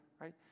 right